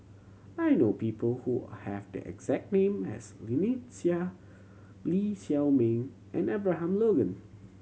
I know people who have the exact name as Lynnette Seah Lee Shao Meng and Abraham Logan